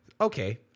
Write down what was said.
Okay